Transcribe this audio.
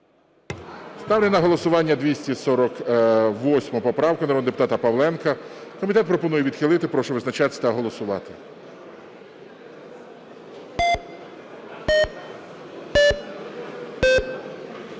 Ставлю на голосування 248 поправку народного депутата Павленка. Комітет пропонує відхилити. Прошу визначатися та голосувати.